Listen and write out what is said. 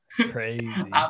Crazy